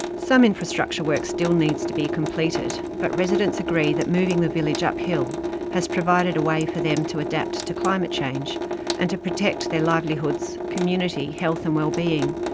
some infrastructure work still needs to be completed, but residents agree that moving the village uphill has provided a way for them to adapt to climate change and to protect their livelihoods, community, health and wellbeing,